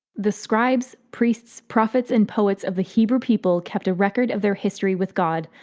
the scribes, priests, prophets, and poets of the hebrew people kept a record of their history with god,